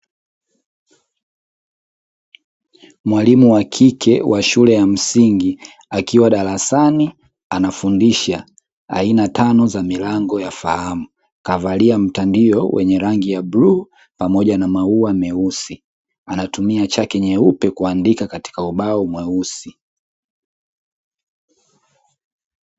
Mwalimu wa kike wa shule ya msingi akiwa darasani anafundisha aina tano za milango ya fahamu, kavalia mtandio wenye rangi ya bluu pamoja na maua meusi anatumia chaki nyeupe kuandika katika ubao mweusi.